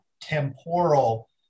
temporal